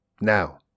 Now